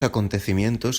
acontecimientos